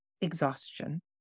exhaustion